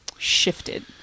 shifted